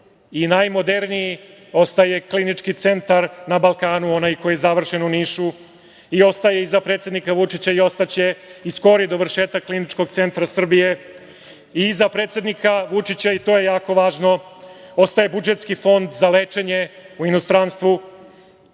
i najmoderniji ostaje klinički centar na Balkanu, onaj koji je završen u Nišu. Iza predsednika Vučića ostaje i ostaće i skori dovršetak Kliničkog centra Srbije. Iza predsednika Vučića ostaje, i to je jako važno, budžetski fond za lečenje u inostranstvu,